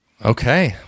Okay